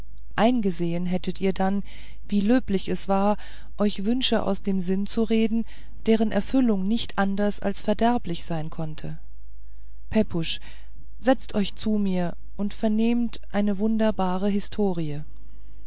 eingesehen hättet ihr dann wie löblich es war euch wünsche aus dem sinn zu reden deren erfüllung nicht anders als verderblich sein konnte pepusch setzt euch zu mir und vernehmt eine wunderbare historie